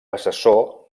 assessor